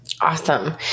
Awesome